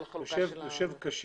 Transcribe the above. יש לזה יתרון נוסף.